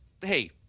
hey